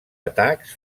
atacs